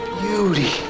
beauty